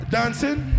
Dancing